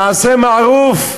תעשה מערוף.